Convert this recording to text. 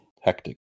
hectic